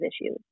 issues